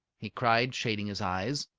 he cried, shading his eyes,